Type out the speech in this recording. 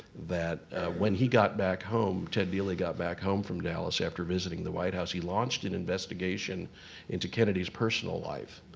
that when he got back home, ted dealey got back home from dallas after visiting the white house, he launched an investigation into kennedy's personal life.